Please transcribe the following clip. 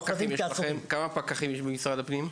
כמה פקחים יש במשרד הפנים?